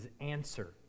answer